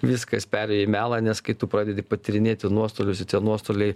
viskas perėjo į melą nes kai tu pradedi patyrinėti nuostolius tai tie nuostoliai